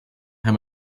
how